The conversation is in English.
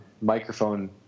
microphone